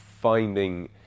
finding